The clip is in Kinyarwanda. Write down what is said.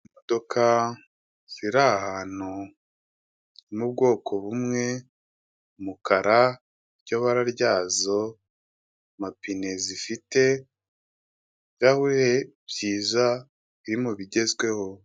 Imodoka ziri ahantu n'ubwoko bumwe, umukara niryo bara ryazo, amapine zifite, ibirahure byiza biri mu bigezweho.